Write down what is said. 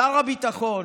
שר הביטחון